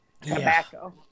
Tobacco